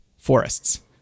Forests